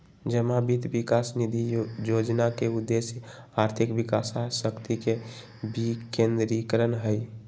जमा वित्त विकास निधि जोजना के उद्देश्य आर्थिक विकास आ शक्ति के विकेंद्रीकरण हइ